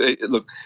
Look